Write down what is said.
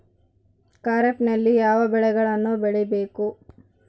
ಖಾರೇಫ್ ನಲ್ಲಿ ಯಾವ ಬೆಳೆಗಳನ್ನು ಬೆಳಿಬೇಕು?